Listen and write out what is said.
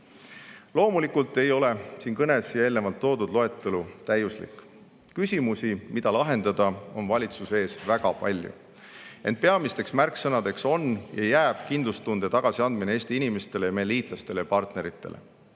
Loomulikult ei ole siin kõnes eelnevalt toodud loetelu täiuslik. Küsimusi, mida lahendada, on valitsuse ees väga palju. Ent peamiseks märksõnaks on ja jääb kindlustunde tagasiandmine Eesti inimestele ning meie liitlastele ja partneritele.